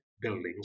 buildings